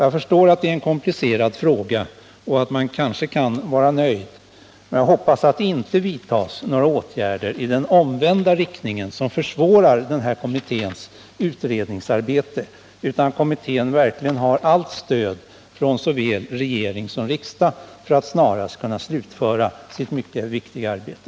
Jag förstår att det är en komplicerad fråga och att man kanske kan vara nöjd, och jag hoppas att det inte vidtas några åtgärder i den omvända riktningen som försvårar kommitténs utredningsarbete, utan att kommittén verkligen har allt stöd från såväl regering som riksdag för att snarast kunna slutföra sitt mycket viktiga arbete.